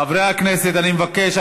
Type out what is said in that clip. חברי הכנסת, אני מבקש.